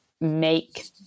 make